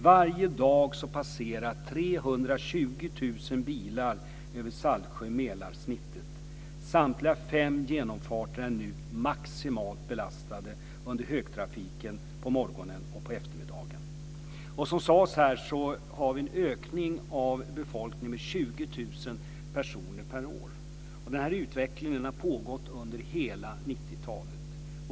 Varje dag passerar 320 000 bilar över Saltsjön-Mälar-snittet. Samtliga fem genomfarter är nu maximalt belastade under högtrafiken på morgonen och eftermiddagen. Det har sagts här att befolkningen ökar med 20 000 personer per år. Utvecklingen har pågått under hela 90-talet.